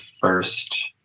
first